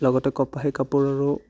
লগতে কপাহী কাপোৰৰো